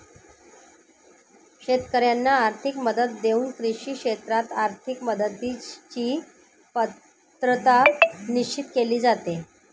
शेतकाऱ्यांना आर्थिक मदत देऊन कृषी क्षेत्रात आर्थिक मदतीची पात्रता निश्चित केली जाते